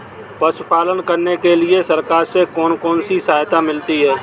पशु पालन करने के लिए सरकार से कौन कौन सी सहायता मिलती है